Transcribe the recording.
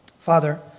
Father